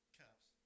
cups